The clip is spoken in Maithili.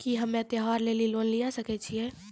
की हम्मय त्योहार लेली लोन लिये सकय छियै?